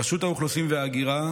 רשות האוכלוסין וההגירה,